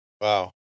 Wow